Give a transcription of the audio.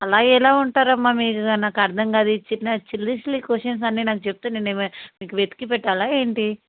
అలా ఎలా ఉంటారు అమ్మ మీరు నాకు అర్థం కాదు ఈ చిన్న సిల్లీ సిల్లీ క్వశ్చన్స్ అన్నీ నాకు చెప్తే నేను ఏమైన మీకు వెతికి పెట్టాల ఏంటి